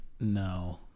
No